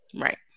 Right